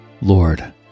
lord